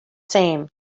same